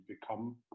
become